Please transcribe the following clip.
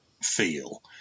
feel